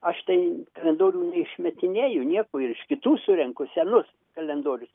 aš tai kalendorių neišmetinėju nieko ir iš kitų surenku senus kalendorius